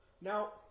Now